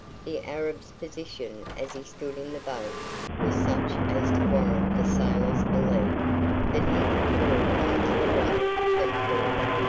the arab's position as he stood in the boat was such as to warrant the sailor's belief that he could fall no other way than forward,